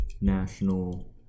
national